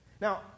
Now